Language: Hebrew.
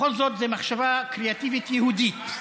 בכל זאת זו מחשבה קריאטיבית יהודית.